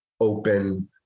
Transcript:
open